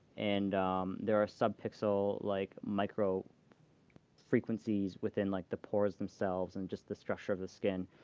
and there are sub pixel like micro frequencies within like the pores themselves, and just the structure of the skin.